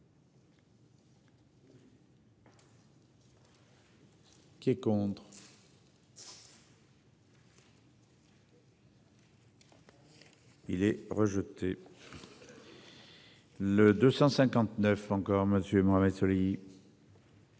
Qui est contre. Il est rejeté. Le 259 encore Monsieur Mohamed soleil.